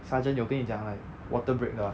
sergeant 有跟你讲 like water break 了